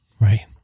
Right